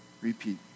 repeat